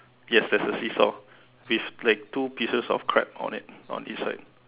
yes there's a seesaw these like two pieces of crab on it on each side